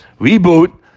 Reboot